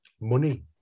money